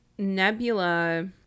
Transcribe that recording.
nebula